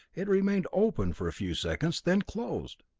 it remained open for a few seconds, then closed.